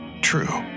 True